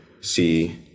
see